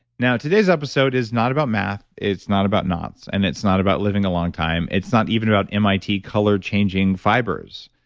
now, today's episode is not about math. it's not about knots and it's not about living a long time. it's not even about mit color changing fibers.